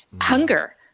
Hunger